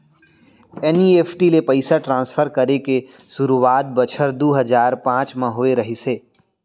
NEFT ले पइसा transfer करे के सुरूवात बछर दू हजार पॉंच म होय रहिस हे